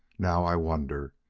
now, i wonder.